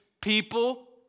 people